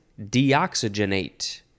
deoxygenate